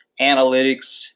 analytics